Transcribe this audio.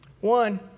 One